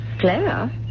Clara